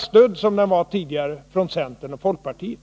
stödd, som den ofta var tidigare, av centern och folkpartiet.